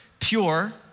Pure